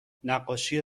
نقاشی